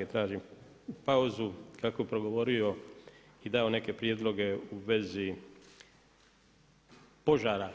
HDS tražim pauzu kako bi progovorio i dao neke prijedloge u vezi požara